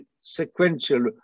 sequential